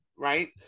Right